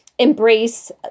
embrace